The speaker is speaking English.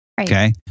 Okay